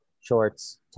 shorts